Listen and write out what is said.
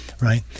right